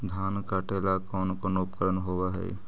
धान काटेला कौन कौन उपकरण होव हइ?